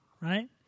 right